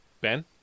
Ben